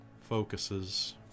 focuses